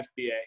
fba